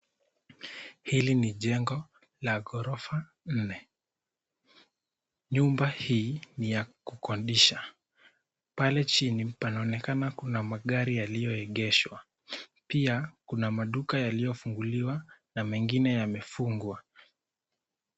Hili ni jengo la ghorofa nne. Nyumba hii ni ya kukodisha. Pale chini panaonekana kuna magari yaliyoegeshwa. Pia kuna maduka yaliyofunguliwa na mengine yamefugwa.